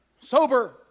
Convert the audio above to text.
sober